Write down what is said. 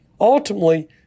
Ultimately